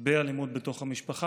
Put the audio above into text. באלימות בתוך המשפחה.